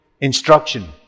instruction